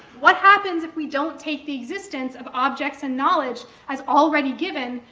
what happens if we don't take the existence of objects and knowledge as already given,